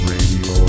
Radio